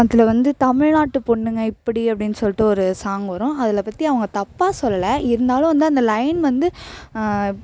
அதில் வந்து தமிழ்நாட்டு பொண்ணுங்க இப்படி அப்படின் சொல்லிட்டு ஒரு சாங் வரும் அதில் பற்றி அவங்க தப்பாக சொல்லலை இருந்தாலும் வந்து அந்த லைன் வந்து